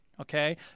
okay